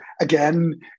again